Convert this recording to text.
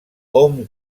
hom